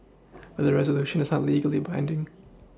but the resolution is not legally binding